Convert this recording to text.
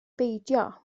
beidio